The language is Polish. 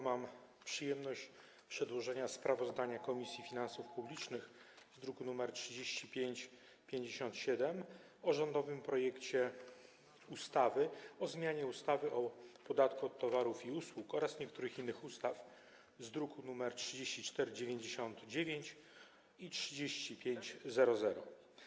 Mam przyjemność przedłożyć sprawozdanie Komisji Finansów Publicznych z druku nr 3557 o rządowym projekcie ustawy o zmianie ustawy o podatku od towarów i usług oraz niektórych innych ustaw, druki nr 3499 i 3500.